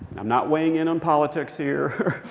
i'm not weighing in on politics here.